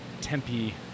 tempe